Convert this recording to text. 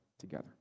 together